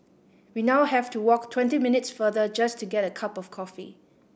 we now have to walk twenty minutes further just to get a cup of coffee